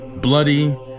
bloody